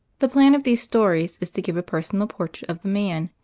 the plan of these stories is to give a personal portrait of the man,